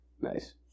Nice